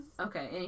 Okay